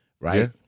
right